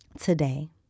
Today